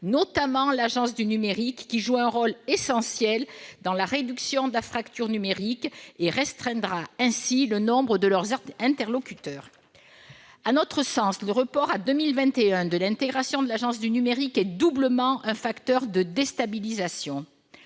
notamment l'Agence du numérique, qui joue un rôle essentiel dans la réduction de la " fracture numérique ", et restreindra ainsi le nombre de leurs interlocuteurs ». À notre sens, le report à 2021 de l'intégration de l'Agence du numérique est doublement un facteur de déstabilisation